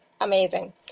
amazing